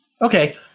Okay